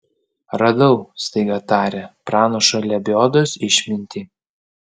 radau staiga tarė pranašo lebiodos išmintį